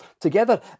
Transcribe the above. together